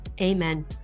Amen